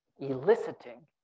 eliciting